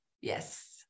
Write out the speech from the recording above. Yes